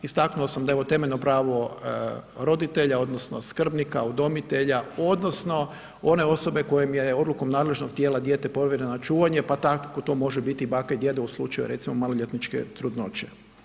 Istaknuo sam da je ovo temeljno pravo roditelja odnosno skrbnika, udomitelja odnosno one osobe kojoj je odlukom nadležnog tijela dijete povjereno na čuvanje, pa tako to može biti i baka i djeda u slučaju recimo maloljetničke trudnoće.